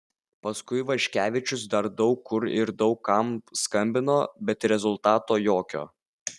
paskui vaškevičius dar daug kur ir daug kam skambino bet rezultato jokio